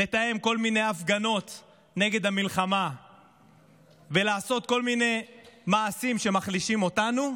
לתאם כל מיני הפגנות נגד המלחמה ולעשות כל מיני מעשים שמחלישים אותנו,